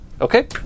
Okay